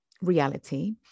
reality